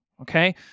Okay